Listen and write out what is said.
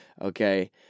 okay